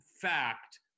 fact